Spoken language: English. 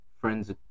friends